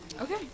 Okay